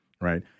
right